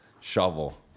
shovel